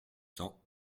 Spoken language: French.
cents